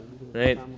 right